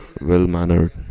well-mannered